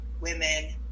women